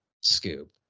scoop